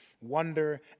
wonder